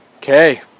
Okay